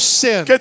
sin